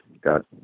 got